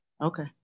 Okay